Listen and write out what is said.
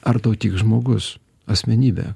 ar tau tiks žmogus asmenybė